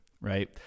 right